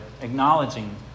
acknowledging